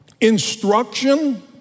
Instruction